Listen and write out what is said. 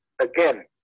again